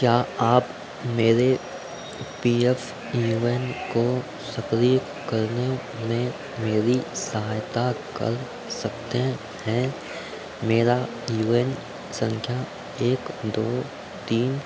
क्या आप मेरे पी एफ यू एन को सक्रिय करने में मेरी सहायता कर सकते हैं मेरा यू एन संख्या